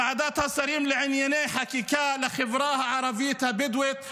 ועדת השרים לענייני חקיקה לחברה הערבית הבדואית,